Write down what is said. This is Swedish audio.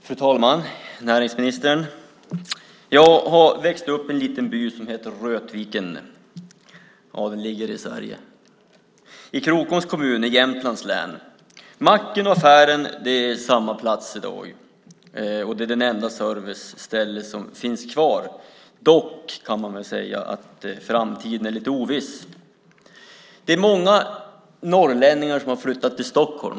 Fru talman och näringsministern! Jag har växt upp i en liten by som heter Rötviken. Den ligger i Sverige, i Krokoms kommun i Jämtlands län. Macken och affären är samma plats i dag, och det är det enda serviceställe som finns kvar. Man kan dock säga att framtiden är lite oviss. Det är många norrlänningar som har flyttat till Stockholm.